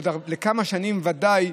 לכמה שנים ודאי,